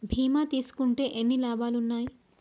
బీమా తీసుకుంటే ఎన్ని లాభాలు ఉన్నాయి?